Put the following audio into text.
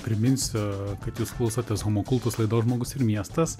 priminsiu kad jūs klausotės homo cultus laidos žmogus ir miestas